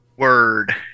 Word